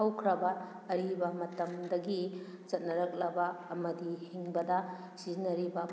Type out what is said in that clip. ꯍꯧꯈ꯭ꯔꯕ ꯑꯔꯤꯕ ꯃꯇꯝꯗꯒꯤ ꯆꯠꯅꯔꯛꯂꯕ ꯑꯃꯗꯤ ꯍꯤꯡꯕꯗ ꯁꯤꯖꯤꯟꯅꯔꯤꯕ